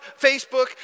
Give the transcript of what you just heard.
Facebook